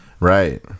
Right